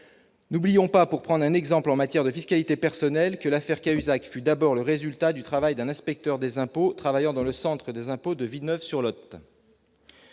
n'oublions pas pour prendre un exemple en matière de fiscalité personnelle que l'affaire Cahuzac fut d'abord le résultat du travail d'un inspecteur des impôts, travailleur dans le centre des impôts de Villeneuve-sur-Lot,